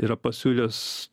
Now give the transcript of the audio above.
yra pasiūlęs